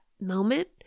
moment